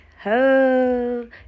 ho